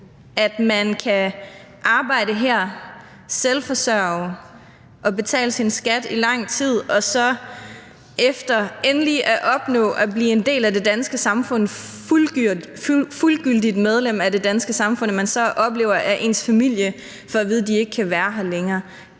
at man kan arbejde her og være selvforsørgende og betale sin skat i lang tid og efter så endelig efter at have opnået at blive en del af det danske samfund, et fuldgyldigt medlem af det danske samfund, at opleve, at ens familie får at vide, at de ikke kan være her længere.